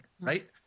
Right